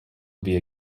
via